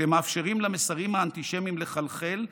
כשאתם מאפשרים למסרים אנטישמיים לחלחל,